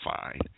fine